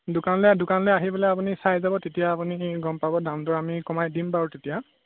দোকানলৈ দোকানলৈ আহি পেলাই আপুনি চাই যাব তেতিয়া আপুনি গম পাব দামটো আমি কমাই দিম বাৰু তেতিয়া